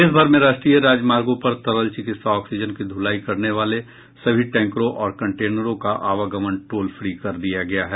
देश भर में राष्ट्रीय राजमार्गों पर तरल चिकित्सा ऑक्सीजन की ढुलाई करने वाले सभी टैंकरों और कन्टेनरों का आवागमन टोल फ्री कर दिया गया है